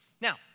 Now